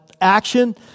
action